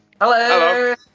Hello